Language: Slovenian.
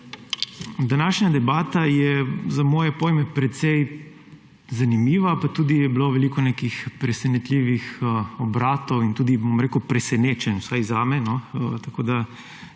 Današnja debata je za moje pojme precej zanimiva, bilo je tudi veliko nekih presenetljivih obratov in tudi presenečenj, vsaj zame, tako da